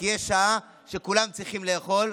כי יש שעה שכולם צריכים לאכול.